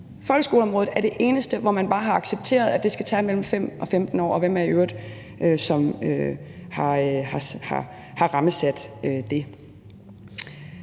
Folkeskoleområdet er det eneste, hvor man bare har accepteret, at det skal tage mellem 5 og 15 år, og hvem har i øvrigt rammesat det?